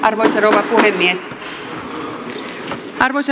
arvoisa rouva puhemies